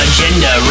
Agenda